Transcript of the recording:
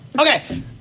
Okay